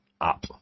up